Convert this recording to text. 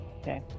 Okay